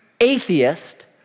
atheist